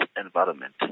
environment